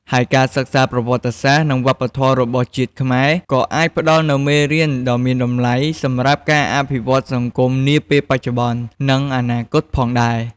ហើយការសិក្សាប្រវត្តិសាស្រ្ត និងវប្បធម៌របស់ជាតិខ្មែរ ក៏អាចផ្តល់នូវមេរៀនដ៏មានតម្លៃសម្រាប់ការអភិវឌ្ឍសង្គមនាពេលបច្ចុប្បន្ន និងអនាគតផងដែរ។